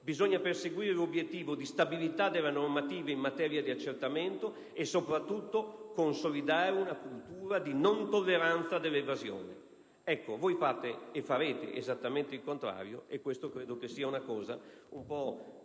bisogna perseguire l'obiettivo di stabilità della normativa in materia di accertamento e soprattutto consolidare una cultura di non tolleranza dell'evasione. Ebbene, fate e farete esattamente il contrario e questo credo sia discutibile e certamente